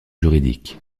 juridiques